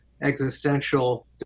existential